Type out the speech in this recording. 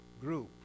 group